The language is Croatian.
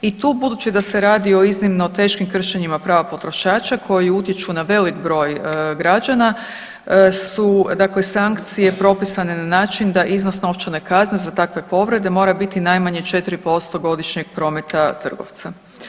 I tu budući da se radi o iznimno teškim kršenjima prava potrošača koji utječu na velik broj građana su dakle sankcije propisane na način da iznos novčane kazne za takve povrede mora biti najmanje 4% godišnjeg prometa trgovca.